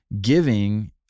giving